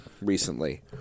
recently